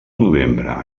novembre